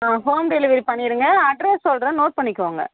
ஆ home delivery பண்ணிடுங்க address சொல்கிறேன் note பண்ணிக்கோங்க